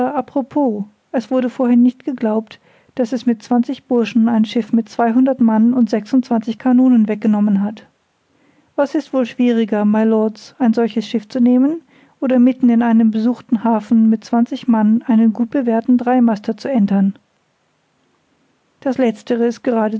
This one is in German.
propos es wurde vorhin nicht geglaubt daß er mit zwanzig burschen ein schiff mit zweihundert mann und sechsundzwanzig kanonen weggenommen hat was ist wohl schwieriger mylords ein solches schiff zu nehmen oder mitten in einem besuchten hafen mit zwanzig mann einen gut bewehrten dreimaster zu entern das letztere ist